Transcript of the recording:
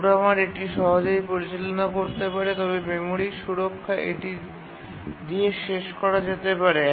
programmer এটি সহজেই পরিচালনা করতে পারে তবে মেমরির সুরক্ষা এটি দিয়ে শেষ করা যেতে পারে